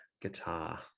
guitar